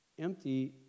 empty